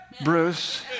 Bruce